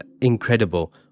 incredible